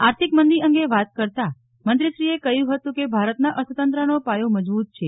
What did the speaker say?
આર્થિક મંદી અંગે વાત કરતા મંત્રીશ્રીએ કહ્યું હતું કે ભારતના અર્થતંત્રનો પાયો મજબુત છે